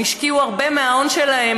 הם השקיעו הרבה מההון שלהם,